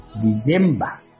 december